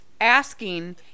asking